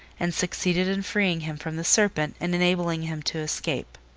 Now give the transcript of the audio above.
and succeeded in freeing him from the serpent and enabling him to escape.